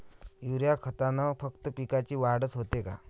Urea खतानं फक्त पिकाची वाढच होते का?